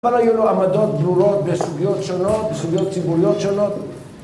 כבר היו לו עמדות ברורות בסוגיות שונות, בסוגיות ציבוריות שונות